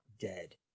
dead